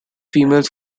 females